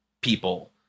people